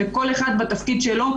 וכל אחד בתפקיד שלו,